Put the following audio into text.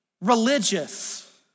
religious